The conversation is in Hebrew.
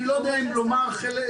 אני לא יודע אם לומר להסתיר.